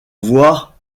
voir